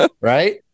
right